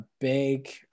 big